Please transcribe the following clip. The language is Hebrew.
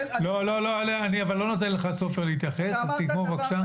אני לא נותן לך, סופר, להתייחס, אז תגמור בבקשה.